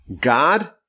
God